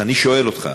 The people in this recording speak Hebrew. אז אני שואל אותך: